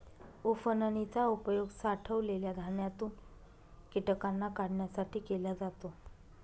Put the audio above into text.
उफणनी चा उपयोग साठवलेल्या धान्यातून कीटकांना काढण्यासाठी केला जातो